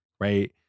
right